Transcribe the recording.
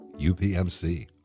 UPMC